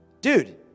Dude